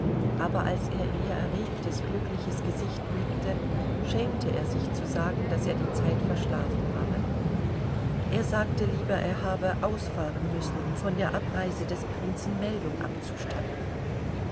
aber als er in ihr erregtes glückliches gesicht blickte schämte er sich zu sagen daß er die zeit verschlafen habe er sagte lieber er habe ausfahren müssen um von der abreise des prinzen meldung abzustatten